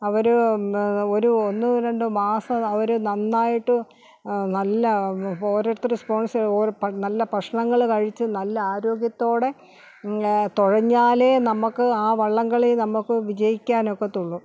അവർ ഒര്ഉ ഒന്ന് രണ്ട് മാസം അവർ നന്നായിട്ട് നല്ല ഒരു ഓരോരുത്തരും സ്പോൺസർ നല്ല നല്ല ഭക്ഷണങ്ങൾ കഴിച്ച് നല്ല ആരോഗ്യത്തോടെ തുഴഞ്ഞാലേ നമുക്ക് ആ വള്ളംകളി നമുക്ക് വിജയിക്കാൻ ഒക്കത്തുളളൂ